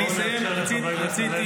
למה אתה חושב תמיד